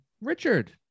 Richard